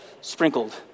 sprinkled